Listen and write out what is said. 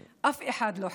אף אחד לא חסין,